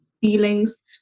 feelings